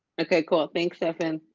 okay, cool. thanks stefan.